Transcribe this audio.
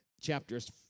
chapters